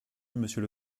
monsieur